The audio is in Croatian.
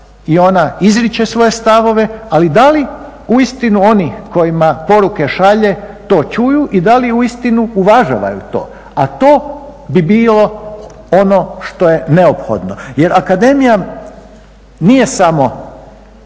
i ona izriče svoje stavove, ali da li uistinu oni kojima poruke šalje to čuju i da li uistinu uvažavaju to? A to bi bilo ono što je neophodno jer akademija nije samo